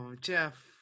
Jeff